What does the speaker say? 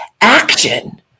action